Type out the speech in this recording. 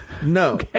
No